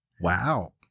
Wow